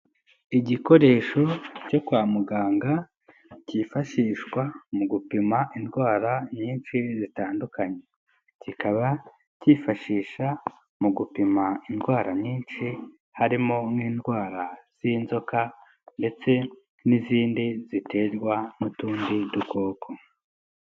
Igikoresho cyo kwa muganga kifashishwa mu gupima indwara nyinshi zitandukanye, kikaba kifashisha mu gupima indwara nyinshi harimo n'indwara z'inzoka ndetse n'izindi ziterwa n'utundi dukoko.